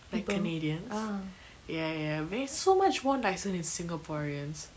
like canadians ya ya very so much more nicer than singaporeans